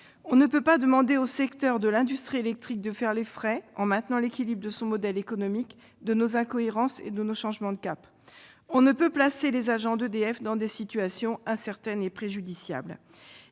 On ne peut pas demander au secteur de l'industrie électrique de faire les frais, en maintenant l'équilibre de son modèle économique, de nos incohérences et de nos changements de cap. On ne peut placer les agents d'EDF dans des situations incertaines et préjudiciables.